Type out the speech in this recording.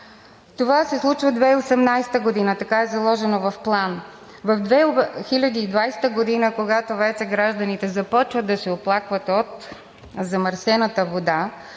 Това се случва през 2018 г., така е заложено в план. През 2020 г., когато вече гражданите започват да се оплакват от замърсената вода,